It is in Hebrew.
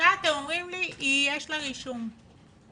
עכשיו אתם אומרים לי יש לה רישום פלילי.